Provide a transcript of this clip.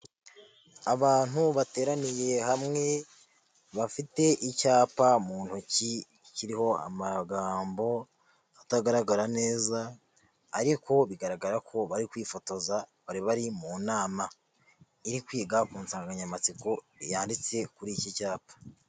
Abantu bateraniye hamwe bafite icyapa mu ntoki kiriho amagambo atagaragara neza, ariko bigaragara ko bari kwifotoza bari bari mu nama iri kwiga ku nsanganyamatsiko yanditse kuri iki cyapa.